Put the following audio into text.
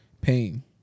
Pain